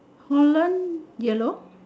holland yellow